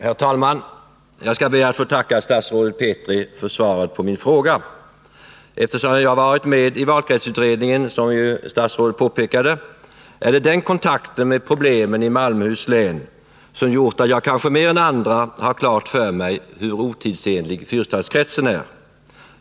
Herr talman! Jag skall be att få tacka statsrådet Petri för svaret på min fråga. Eftersom jag varit med i valkretsutredningen, som ju statsrådet påpekade, är det den kontakten med problemen i Malmöhus län som gjort att jag kanske mer än andra har klart för mig hur otidsenlig fyrstadskretsen är.